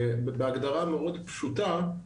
בהגדרה מאוד פשוטה,